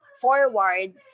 forward